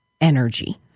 energy